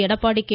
Edappadi K